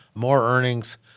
more earnings.